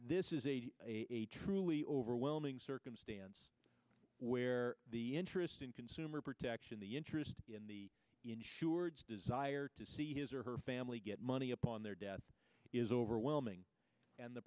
this is a truly overwhelming circumstance where the interest in consumer protection the interest in the insured desire to see his or her family get money upon their death is overwhelming and the